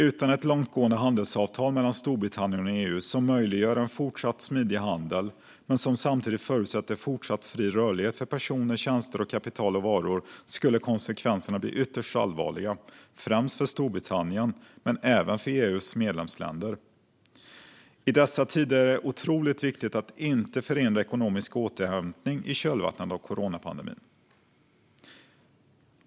Utan ett långtgående handelsavtal mellan Storbritannien och EU som möjliggör en fortsatt smidig handel, men samtidigt förutsätter fortsatt fri rörlighet för personer, tjänster, kapital och varor, skulle konsekvenserna bli ytterst allvarliga, främst för Storbritannien men även för EU:s medlemsländer. I dessa tider är det otroligt viktigt att inte förhindra ekonomisk återhämtning i kölvattnet av coronapandemin.